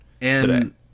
today